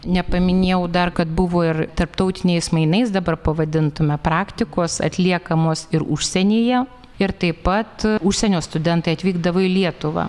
nepaminėjau dar kad buvo ir tarptautiniais mainais dabar pavadintume praktikos atliekamos ir užsienyje ir taip pat užsienio studentai atvykdavo į lietuvą